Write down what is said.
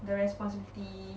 the responsibility